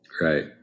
Right